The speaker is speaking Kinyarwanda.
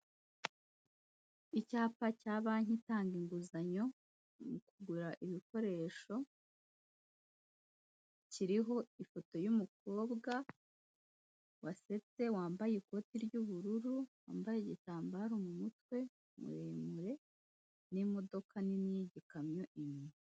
Ni ikarita y'abacuruzi baroko ahantu bacuruza ibiryo n'ibinyobwa biri, haba hariho ibiryo n'igiciro cyabyo amafaranga bigura ndetse n'uburyo ugomba kumenya ibyo uhitamo kugira ngo babikuzanire, mu buryo bwo kunoza imikorere yabo.